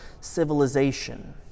civilization